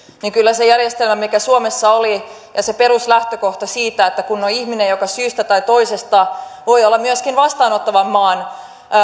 kyllä se järjestelmä mikä suomessa oli on toiminut paremmin ja se peruslähtökohta siitä että kun on ihminen joka syystä tai toisesta voi olla myöskin vastaanottavan maan